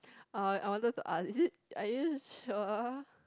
ah I wanted to ask is it are you sure~